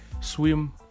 swim